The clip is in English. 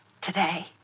today